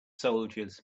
soldiers